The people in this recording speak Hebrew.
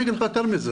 אני אגיד לך יותר מזה,